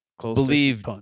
believe